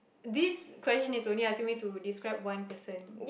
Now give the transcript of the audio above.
these question are only asking me to describe one person